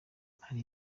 hari